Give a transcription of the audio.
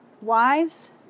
wives